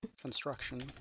Construction